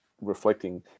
reflecting